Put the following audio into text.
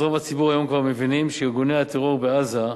אז רוב הציבור היום כבר מבין שארגוני הטרור בעזה,